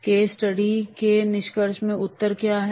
case study के निष्कर्ष में उत्तर क्या है